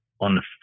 on